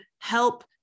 help